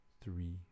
three